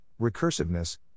recursiveness